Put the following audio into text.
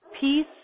peace